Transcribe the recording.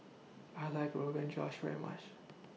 I like Rogan Josh very much